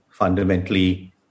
Fundamentally